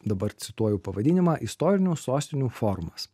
dabar cituoju pavadinimą istorinių sostinių forumas